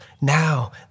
Now